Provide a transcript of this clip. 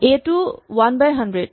এ টো one by hundred